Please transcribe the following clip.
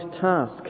task